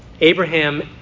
Abraham